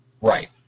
Right